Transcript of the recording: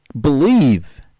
believe